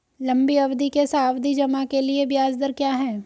लंबी अवधि के सावधि जमा के लिए ब्याज दर क्या है?